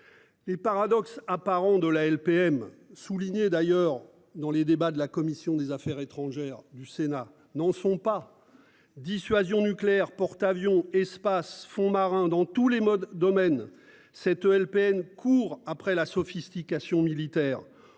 Les paradoxes apparents de la LPM souligné d'ailleurs dans les débats de la commission des affaires étrangères du Sénat n'en sont pas. Dissuasion nucléaire porte-avions espace fonds marins dans tous les modes domaine cette LPM court après la sophistication militaire